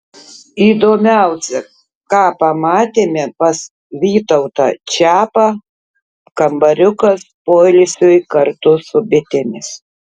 įdomiausia ką pamatėme pas vytautą čiapą kambariukas poilsiui kartu su bitėmis